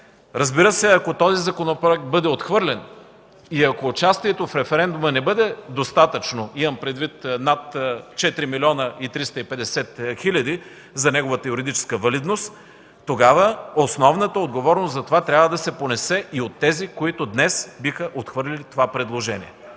Разбира се, ако този законопроект бъде отхвърлен и ако участието в референдума не бъде достатъчно – имам предвид над 4 млн. 350 хиляди за неговата юридическа валидност, тогава основната отговорност за това трябва да се понесе и от тези, които днес биха отхвърлили това предложение.